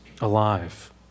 alive